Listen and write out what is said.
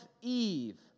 Eve